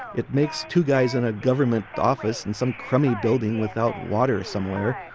it makes two guys in a government office in some crummy building without water somewhere,